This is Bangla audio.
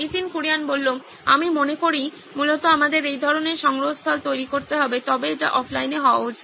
নীতিন কুরিয়ান আমি মনে করি মূলত আমাদের একই ধরণের সংগ্রহস্থল তৈরি করতে হবে তবে এটি অফলাইনে হওয়া উচিত